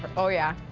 oh, yeah!